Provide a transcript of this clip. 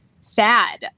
sad